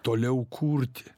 toliau kurti